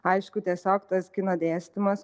aišku tiesiog tas kino dėstymas